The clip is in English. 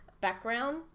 background